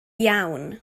iawn